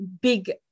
big